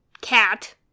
cat